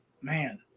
Man